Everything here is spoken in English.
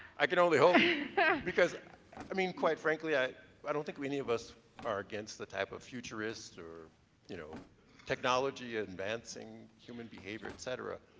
i can only hope because i mean quite frankly, i i don't think many of us are against the type of futurist or you know technology advancing human behavior, etcetera.